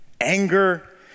anger